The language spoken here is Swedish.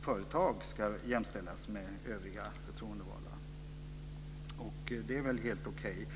företag ska jämställas med övriga förtroendevalda, och det är helt okej.